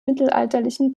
mittelalterlichen